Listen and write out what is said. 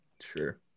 Sure